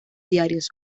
diarios